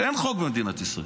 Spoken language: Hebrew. אין חוק במדינת ישראל.